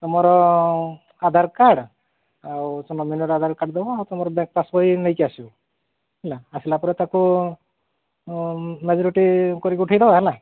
ତମର ଆଧାର କାର୍ଡ଼୍ ଆଉ ସେ ନୋମିନିର ଆଧାର କାର୍ଡ଼୍ ଦେବ ଆଉ ତମର ବ୍ୟାଙ୍କ୍ ପାସ୍ ବହି ନେଇକରି ଆସିବ ହେଲା ଆସିଲା ପରେ ତାକୁ ମ୍ୟାଚୁରିଟି କରିକରି ଉଠାଇଦବା ହେଲା